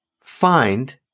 find